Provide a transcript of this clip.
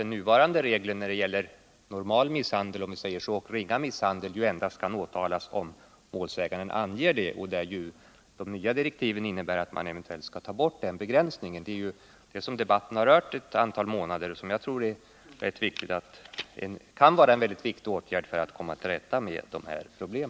Nuvarande regler föreskriver att vid ”normal” och ringa misshandel kan åtalas endast där målsägaren anger det. Direktiven innebär att man kanske tar bort denna begränsning. Det är detta som debatten har rört ett antal månader, och detta kan vara en viktig åtgärd för att komma till rätta med dessa problem.